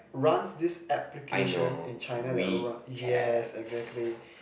runs this application in China that ru~ yes exactly